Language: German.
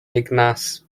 ignaz